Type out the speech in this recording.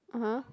(uh huh)